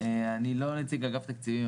אנחנו מקווים,